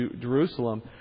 Jerusalem